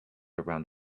around